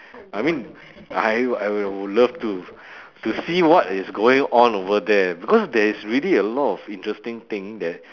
I mean I would I will love to to see what is going on over there because there is really a lot of interesting thing there